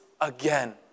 again